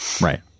Right